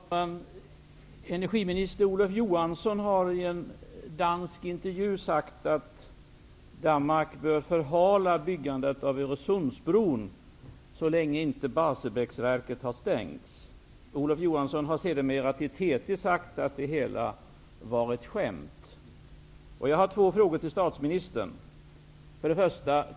Fru talman! Energiminister Olof Johansson har i en dansk intervju sagt att Danmark bör förhala byggandet av Öresundsbron så länge inte Olof Johansson har sedermera till TT sagt att det hela var ett skämt. Jag har två frågor till statsministern: 1.